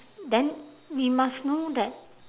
then we must know that